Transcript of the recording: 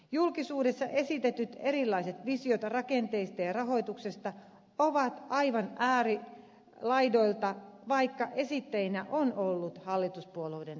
julkisuudessa esitetyt erilaiset visiot rakenteista ja rahoituksesta ovat aivan äärilaidoilta vaikka esittäjinä on ollut hallituspuolueiden edustajia